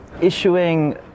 issuing